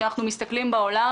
כשאנחנו מסתכלים בעולם,